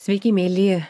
sveiki mieli